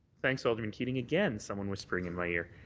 thanks, alderman keating. again, someone whispering in my ear.